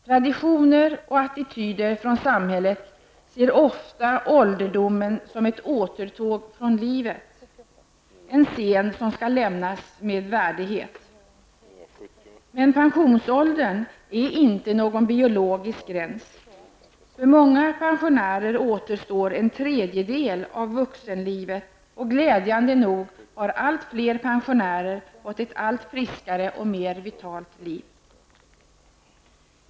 Traditioner och attityder i samhället innebär att ålderdomen oftast ses som ett återtåg från livet, en scen som skall lämnas med värdighet. Men pensionsåldern är inte någon biologisk gräns. För många pensionärer återstår en tredjedel av vuxenlivet, och glädjande nog har allt fler pensionärer fått ett allt friskare och mera vitalt liv.